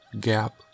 gap